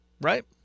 right